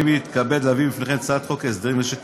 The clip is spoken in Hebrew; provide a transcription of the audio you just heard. אני מתכבד להביא בפניכם את הצעת חוק הסדרים במשק